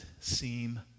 seem